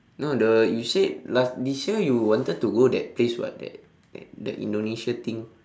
no the you said last this year you wanted to go that place [what] that that the indonesia thing